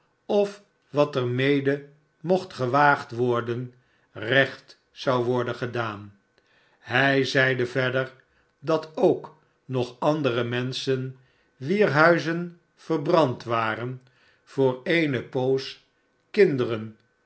of water mede mocht gewaagd worden recht zou worden gedaan hij zeide verder dat ook nog andere menschen wier huizen verbrand waren voor eene poos kinderen